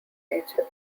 nature